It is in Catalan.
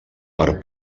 per